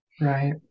right